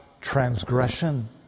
transgression